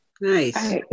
Nice